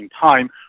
time